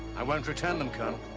i won't return them, colonel.